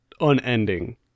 unending